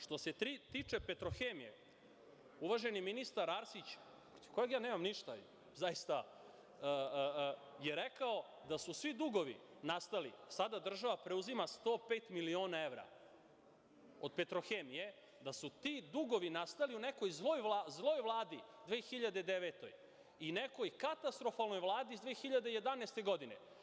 Što se tiče „Petrohemije“, uvaženi ministar Arsić, protiv kojeg ja nemam ništa zaista, rekao je da su svi dugovi nastali, a sada država preuzima 105 miliona evra od „Petrohemije“, da su ti dugovi nastali u nekoj zloj vladi 2009. godine i nekoj katastrofalnoj vladi 2011. godine.